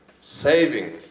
saving